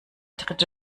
dritte